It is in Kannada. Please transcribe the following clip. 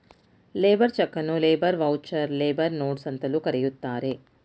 ಲೇಬರ್ ಚಕನ್ನು ಲೇಬರ್ ವೌಚರ್, ಲೇಬರ್ ನೋಟ್ಸ್ ಅಂತಲೂ ಕರೆಯುತ್ತಾರೆ